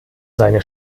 seine